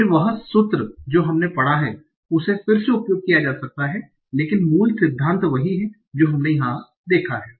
फिर वह सूत्र जो हमने पढ़ा हैं उसे उसे पुनः समायोजित किया जा सकता है लेकिन मूल सिद्धांत वही है जो हमने यहां देखा है